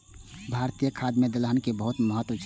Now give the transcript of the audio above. भारतीय खाद्य मे दलहन के बहुत महत्व छै